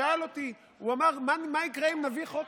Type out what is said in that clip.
שאל אותי, הוא אמר: מה יקרה אם נביא חוק,